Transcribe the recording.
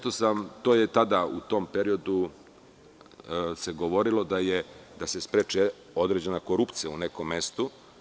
To se tada, u tom periodu govorilo, da se spreči određena korupcija u nekom mestu.